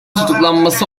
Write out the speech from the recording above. tutuklanması